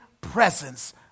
presence